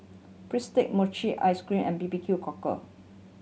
bistake mochi ice cream and B B Q Cockle